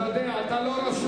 אתה יודע, אתה לא רשום.